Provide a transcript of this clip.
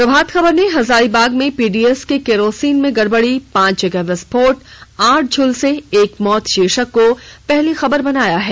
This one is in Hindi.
प्रभात खबर ने हजारीबाग में पीडीएस के केरोसिन में गड़बड़ी पांच जगह विस्फोट आठ झुलसे एक मौत शीर्षक को पहली खबर बनाया है